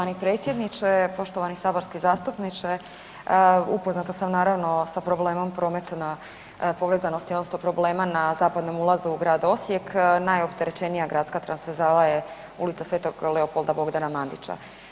Poštovani predsjedniče, poštovani saborski zastupniče upoznata sam naravno sa problemom promete povezanosti odnosno problema na zapadnom ulazu u grad Osijek, najopterećenija gradska transverzala je Ulica Sv.Leopolda Bogdana Mandića.